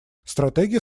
стратегия